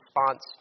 response